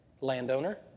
landowner